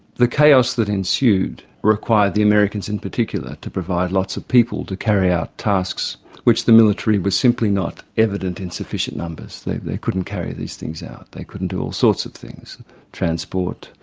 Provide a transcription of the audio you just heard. the chaos that ensued required the americans in particular to provide lots of people to carry out tasks which the military were simply not evident in sufficient numbers. they they couldn't carry these things out, they couldn't do all sorts of things transport,